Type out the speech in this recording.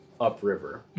upriver